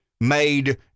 made